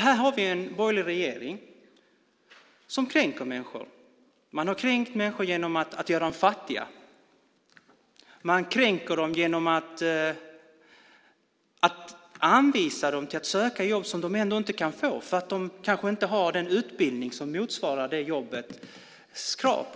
Här har vi en borgerlig regering som kränker människor. Man har kränkt människor genom att göra dem fattiga. Man kränker dem genom att anvisa dem att söka jobb som de ändå inte kan få eftersom de kanske inte har den utbildning som motsvarar det jobbets krav.